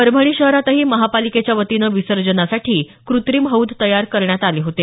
परभणी शहरातही महापालिकेच्यावतीनं विसर्जनासाठी कृत्रिम हौद तयार करण्यात आले होते